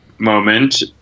Moment